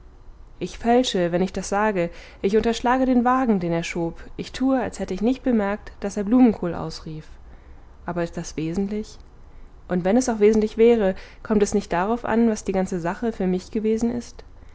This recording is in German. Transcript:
ich fälsche wenn ich das sage ich unterschlage den wagen den er schob ich tue als hätte ich nicht bemerkt daß er blumenkohl ausrief aber ist das wesentlich und wenn es auch wesentlich wäre kommt es nicht darauf an was die ganze sache für mich gewesen ist